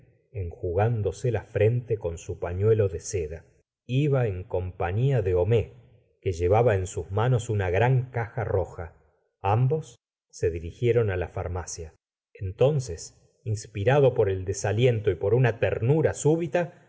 canivet enjugándose la frente con su pafiuelo de seda iba en compañia de homais que llevaba en sus manos una gran caja roja ambos se dirigieron á la farmacia entonces inspirado por el desaliento y por una ternura súbita